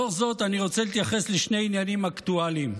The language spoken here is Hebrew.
לאור זאת אני רוצה להתייחס לשני עניינים אקטואליים.